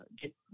get